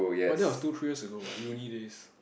but that was two three years ago what uni days